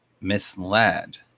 misled